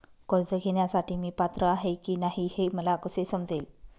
कर्ज घेण्यासाठी मी पात्र आहे की नाही हे मला कसे समजेल?